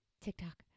TikTok